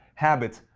habits,